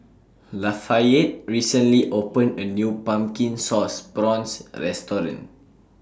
Lafayette recently opened A New Pumpkin Sauce Prawns Restaurant